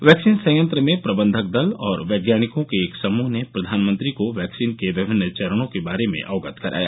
vaccine संयंत्र में प्रबंधक दल और वैज्ञानिकों के एक समूह ने प्रधानमंत्री को वैक्सीन के विभिन्न चरणों के बारे में अवगत कराया